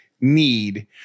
need